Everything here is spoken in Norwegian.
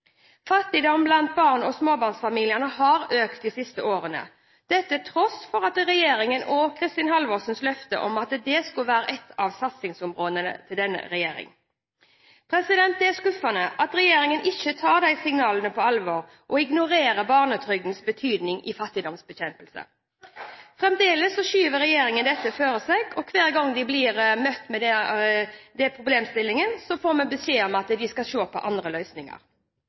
Fattigdom blant barn og småbarnsfamilier har økt de siste årene til tross for regjeringens og Kristin Halvorsens løfte om at det skulle være et av satsingsområdene til denne regjeringen. Det er skuffende at regjeringen ikke tar de signalene på alvor og ignorerer barnetrygdens betydning i fattigdomsbekjempelsen. Fremdeles skyver regjeringen dette foran seg, og hver gang de blir møtt med den problemstillingen, får vi beskjed om at en skal se på andre løsninger.